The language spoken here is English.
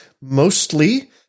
mostly